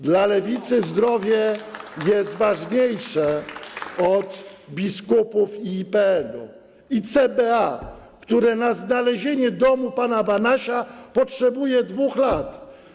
Dla Lewicy zdrowie jest ważniejsze od biskupów, IPN-u i CBA, które na znalezienie domu pana Banasia potrzebuje 2 lat.